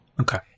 Okay